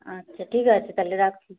আচ্ছা ঠিক আছে তাহলে রাখছি